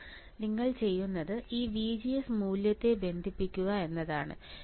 എന്നിട്ട് നിങ്ങൾ ചെയ്യുന്നത് ഈ VGS മൂല്യത്തെ ബന്ധിപ്പിക്കുക എന്നതാണ്